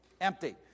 empty